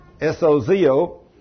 S-O-Z-O